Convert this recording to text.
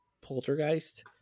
Poltergeist